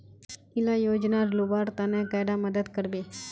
इला योजनार लुबार तने कैडा मदद करबे?